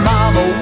Mama